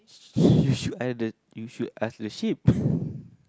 you should either you should ask the sheep